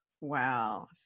Wow